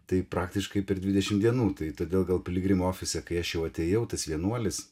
tai praktiškai per dvidešimt dienų tai todėl gal piligrimų ofise kai aš jau atėjau tas vienuolis